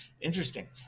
Interesting